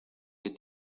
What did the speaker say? que